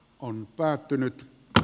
on päättynyt ja